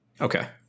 Okay